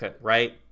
right